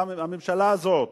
הממשלה הזאת,